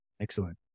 Excellent